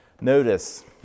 Notice